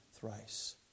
thrice